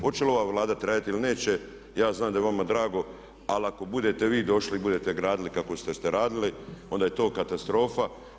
Hoće li ova Vlada trajati ili neće, ja znam da je vama drago, ali ako budete vi došli i budete gradili kako ste radili, onda je to katastrofa.